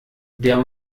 der